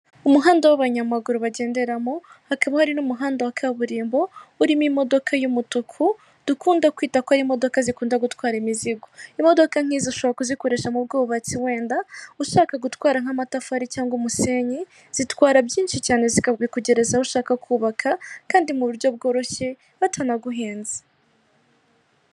Umuhanda w'abanyamaguru bagenderamo hakaba hari n'umuhanda wa kaburimbo urimo imodoka y'umutuku, dukunda kwita kuri imodoka zikunda gutwara imizigo, imodoka nk'izo ushobora kuzikoresha mu bwubatsi wenda ushaka gutwara nk'amatafari cyangwa umusenyi zitwara byinshi cyane, zikabikugereza aho ushaka kubaka, kandi mu buryo bworoshye batanaguhenze.